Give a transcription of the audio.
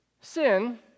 Sin